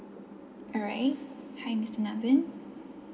alright hi mister navin